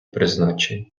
призначень